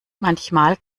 manchmal